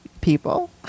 People